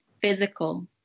physical